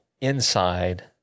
inside